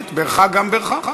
האמת, בירכה גם בירכה.